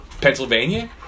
Pennsylvania